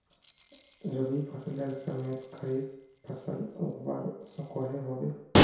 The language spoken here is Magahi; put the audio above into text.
रवि फसलेर समयेत खरीफ फसल उगवार सकोहो होबे?